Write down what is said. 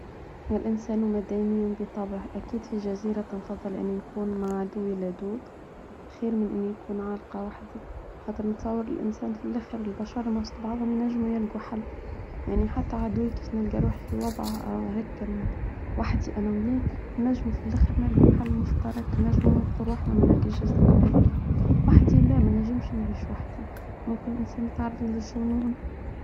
الإنسان مديني بطبع أكيد في الجزيرة تنفضل أن يكون مع عدو لدود خير من أن يكون عالقاعة وحدي خاطر نتصور الإنسان في الأخير البشرة مستبعظة من نجمه يلقوا حل يعني حتى عدوي كيس نلقى روح في وضع هكا وحدي أنا وياه نجمه في الأخير نلقوا حل مشترك نجمه نفضل واحنا من هكا الجزيرة هذي وحدي لا ما نجمش نعيش وحدي ممكن الإنسان تعرض للچنون.